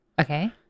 Okay